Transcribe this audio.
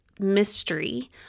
mystery